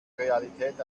realität